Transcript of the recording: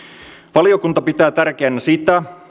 valiokunta pitää tärkeänä sitä